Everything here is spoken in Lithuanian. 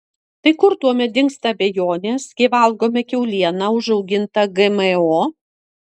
tai kur tuomet dingsta abejonės kai valgome kiaulieną užaugintą gmo